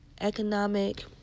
economic